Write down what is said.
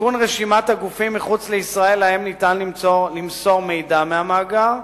תיקון רשימת הגופים מחוץ לישראל שניתן למסור להם מידע מהמאגר,